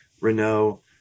Renault